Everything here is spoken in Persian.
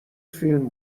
فیلم